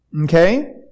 Okay